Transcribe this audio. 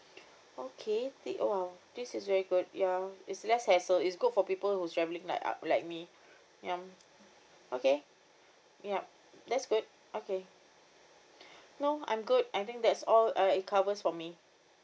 okay this !wow! this is very good ya it's less hassle it's good for people who's travelling like uh like me ya mm okay yup that's good okay no I'm good I think that's all uh it covers for me